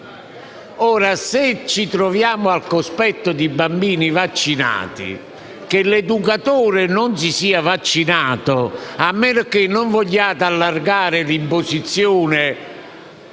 se ci troviamo al cospetto di bambini vaccinati in cui l'educatore non si sia vaccinato. Ciò a meno che non vogliate allargare l'imposizione